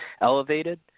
Elevated